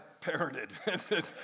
parented